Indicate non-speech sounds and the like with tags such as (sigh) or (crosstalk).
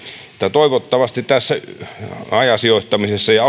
toivottavasti tässä hajasijoittamisessa ja (unintelligible)